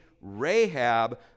Rahab